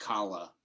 Kala